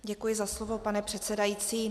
Děkuji za slovo, pane předsedající.